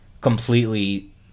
completely